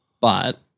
But-